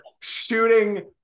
shooting